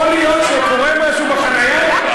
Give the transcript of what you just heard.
יכול להיות שקורה משהו בחניה?